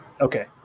Okay